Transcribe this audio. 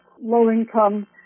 low-income